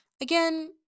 again